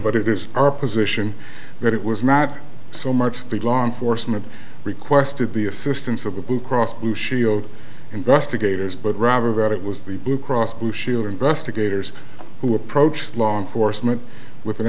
but it is our position that it was not so much the law enforcement requested the assistance of the blue cross blue shield investigators but rather that it was the blue cross blue shield investigators who approached long foresman with an